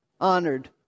honored